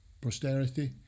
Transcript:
posterity